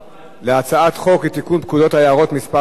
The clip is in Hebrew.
הצעת חוק לתיקון פקודת היערות (מס' 5),